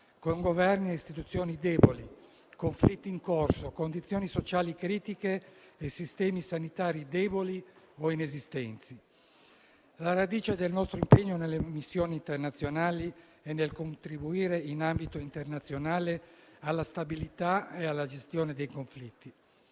con Governi e istituzioni deboli, conflitti in corso, condizioni sociali critiche e sistemi sanitari deboli o inesistenti. La radice del nostro impegno nelle missioni internazionali sta nel contribuire in ambito internazionale alla stabilità e alla gestione dei conflitti.